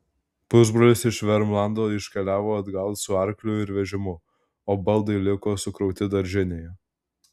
pusbrolis iš vermlando iškeliavo atgal su arkliu ir vežimu o baldai liko sukrauti daržinėje